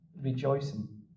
rejoicing